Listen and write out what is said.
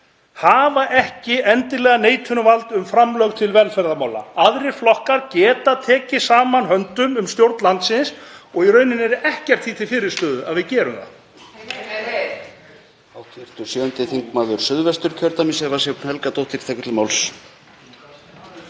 hafa ekki endilega neitunarvald um framlög til velferðarmála. Aðrir flokkar geta tekið saman höndum um stjórn landsins og í rauninni er ekkert því til fyrirstöðu að við gerum það.